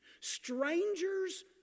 strangers